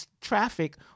traffic